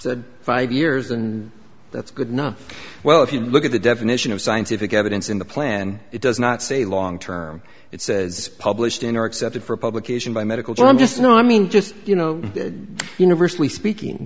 said five years and that's good enough well if you look at the definition of scientific evidence in the plan it does not say long term it says published in or accepted for publication by medical care i'm just not i mean just you know universally speaking